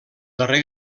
darrer